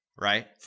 Right